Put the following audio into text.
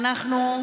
שאנחנו,